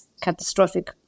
catastrophic